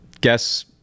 guess